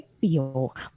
feel